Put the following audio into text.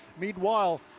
meanwhile